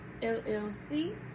LLC